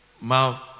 mouth